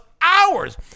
hours